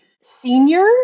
senior